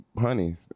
honey